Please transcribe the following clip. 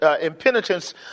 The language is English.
impenitence